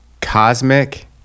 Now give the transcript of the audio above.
cosmic